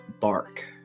Bark